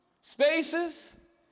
spaces